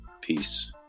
peace